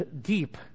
deep